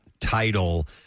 title